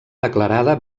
declarada